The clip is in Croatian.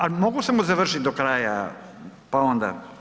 Ali, mogu samo završiti do kraja pa onda?